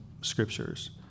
scriptures